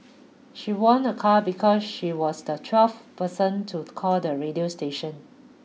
she won a car because she was the twelfth person to call the radio station